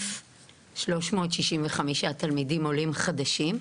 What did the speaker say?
54,365 תלמידים עולים חדשים.